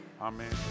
Amen